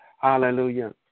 Hallelujah